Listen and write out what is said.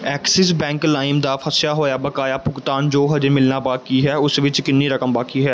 Axis bank ਲਾਇਮ ਦਾ ਫਸਿਆ ਹੋਇਆਂ ਬਕਾਇਆ ਭੁਗਤਾਨ ਜੋ ਹਜੇ ਮਿਲਣਾ ਬਾਕੀ ਹੈ ਉਸ ਵਿੱਚ ਕਿੰਨੀ ਰਕਮ ਬਾਕੀ ਹੈ